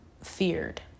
feared